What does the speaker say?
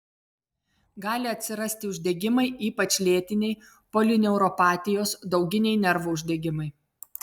gali atsirasti uždegimai ypač lėtiniai polineuropatijos dauginiai nervų uždegimai